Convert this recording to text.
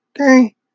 Okay